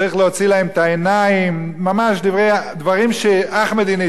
ממש דברים שאחמדינג'אד יכול היה לקחת מפה.